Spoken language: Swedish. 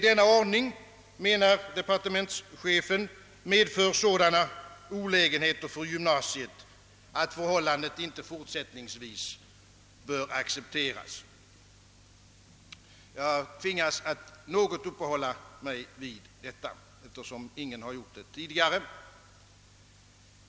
Denna ordning, menar departementschefen, medför sådana olä genheter för gymnasiet, att förhållandet inte fortsättningsvis bör accepteras. Jag tvingas att något uppehålla mig vid detta, eftersom ingen har gjort det tidigare.